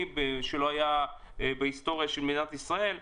שלא היה בהיסטוריה של מדינת ישראל.